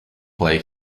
like